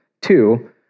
Two